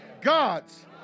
God's